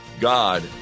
God